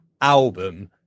album